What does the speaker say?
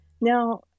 Now